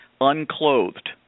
unclothed